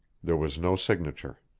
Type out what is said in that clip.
there was no signature.